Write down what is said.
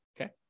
okay